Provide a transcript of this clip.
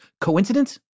Coincidence